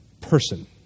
person